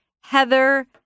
Heather